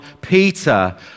Peter